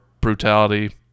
brutality